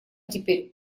теперь